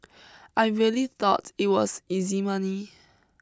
I really thought it was easy money